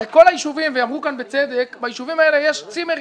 הרי כל הישובים ואמרו כאן בצדק שבישובים האלה יש צימרים.